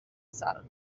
sal